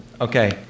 okay